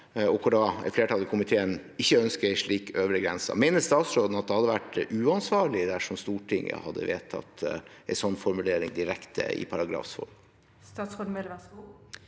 der flertallet i komiteen ikke ønsker en slik øvre grense. Mener statsråden at det hadde vært uansvarlig dersom Stortinget hadde vedtatt en slik formulering direkte i paragrafs form? Statsråd Emilie Mehl